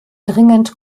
dringend